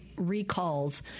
Recalls